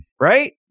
right